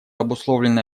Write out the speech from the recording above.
обусловлено